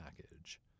package